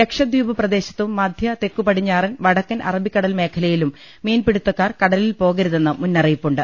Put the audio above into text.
ലക്ഷ ദ്വീപ് പ്രദേശത്തും മധ്യ തെക്കുപടിഞ്ഞാറൻ വടക്കൻ അറബിക്കടൽ മേഖലയിലും മീൻപിടുത്തക്കാർ കടലിൽ പോകരുതെന്ന് മുന്നറിയിപ്പുണ്ട്